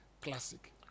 Classic